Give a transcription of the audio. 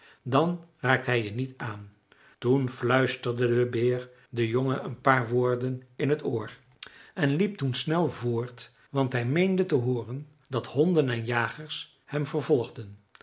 dan raakt hij je niet aan toen fluisterde de beer den jongen een paar woorden in het oor en liep toen snel voort want hij meende te hooren dat honden en jagers hem vervolgden